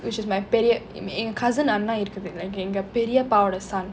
which is my பெரிய எங்க:periya enga cousin அண்ணா இருக்குது எங்க பெரியப்பா உடைய:anna irukkuthu enga periyappaudaiya son